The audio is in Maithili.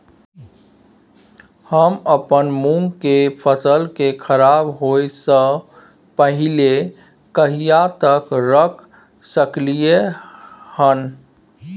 हम अपन मूंग के फसल के खराब होय स पहिले कहिया तक रख सकलिए हन?